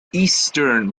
eastern